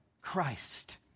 Christ